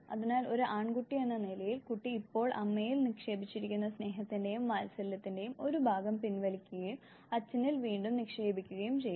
അതിനാൽ ഒരു ആൺകുട്ടിയെന്ന നിലയിൽ കുട്ടി ഇപ്പോൾ അമ്മയിൽ നിക്ഷേപിച്ചിരിക്കുന്ന സ്നേഹത്തിന്റെയും വാത്സല്യത്തിന്റെയും ഒരു ഭാഗം പിൻവലിക്കുകയും അച്ഛനിൽ വീണ്ടും നിക്ഷേപിക്കുകയും ചെയ്യും